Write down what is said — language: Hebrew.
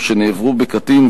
או שנעברו בקטין,